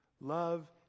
Love